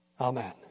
Amen